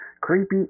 creepy